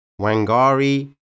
Wangari